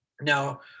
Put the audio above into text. Now